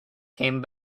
came